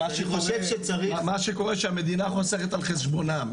מה שקורה שהמדינה חוסכת על חשבונם.